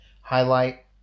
highlight